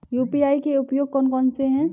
UPI के उपयोग कौन कौन से हैं?